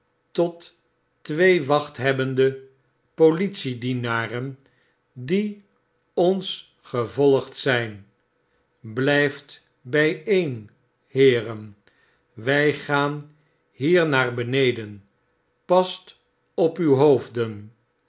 tot twee wachthebbende politiedienaren die ons gevolgd zyn blijft biieen heeren wy gaan hier naar beneden past op ttw hoofden